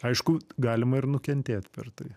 aišku galima ir nukentėt per tai